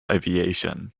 aviation